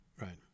right